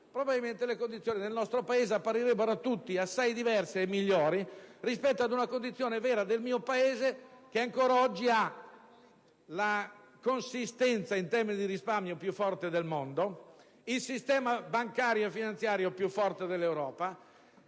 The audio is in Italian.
probabilmente le condizioni del nostro Paese apparirebbero a tutti assai diverse e migliori rispetto ad una condizione vera del mio Paese che ancora oggi ha la consistenza in termini di risparmio più forte del mondo, il sistema bancario e finanziario più forte dell'Europa;